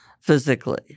physically